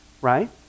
right